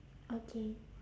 okay